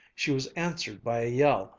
she was answered by a yell,